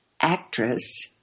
actress